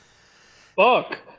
Fuck